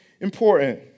Important